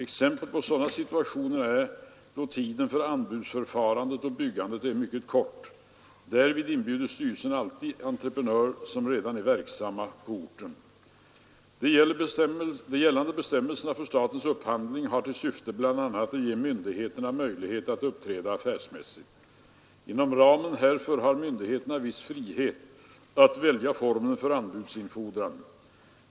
Exempel på sådana situationer är då tiden för anbudsförfarande och byggande är mycket kort. Därvid inbjuder styrelsen alltid entreprenörer som redan är verksamma på orten. De gällande bestämmelserna för statens upphandling har till syfte bl.a. att ge myndigheterna möjlighet att uppträda affärsmässigt. Inom ramen härför har myndigheterna viss frihet att välja formen för anbudsinfordran.